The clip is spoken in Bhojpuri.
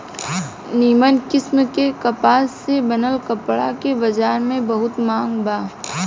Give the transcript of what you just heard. निमन किस्म के कपास से बनल कपड़ा के बजार में बहुते मांग बा